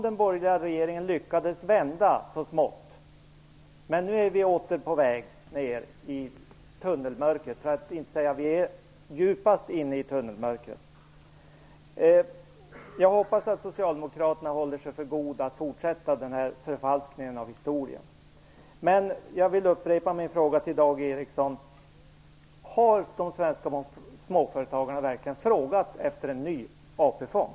Den borgerliga regeringen lyckades vända detta så smått, men nu är vi åter i det djupaste tunnelmörkret. Jag hoppas att socialdemokraterna håller sig för goda för att fortsätta med den här förfalskningen av historien. Jag upprepar min fråga till Dag Ericson: Har de svenska småföretagarna verkligen frågat efter en ny AP-fond?